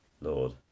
Lord